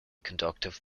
conductive